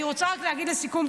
אני רוצה רק להגיד לסיכום,